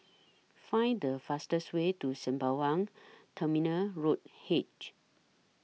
Find The fastest Way to Sembawang Terminal Road H